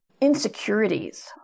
insecurities